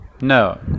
no